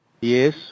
Yes